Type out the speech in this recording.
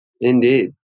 Indeed